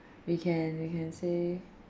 we can we can say